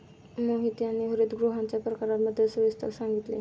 मोहित यांनी हरितगृहांच्या प्रकारांबद्दल सविस्तर सांगितले